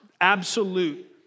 Absolute